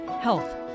health